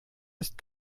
ist